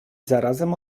zarazem